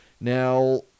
Now